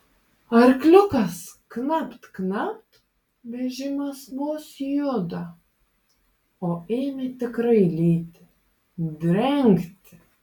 arkliukas knapt knapt vežimas vos juda o ėmė tikrai lyti drengti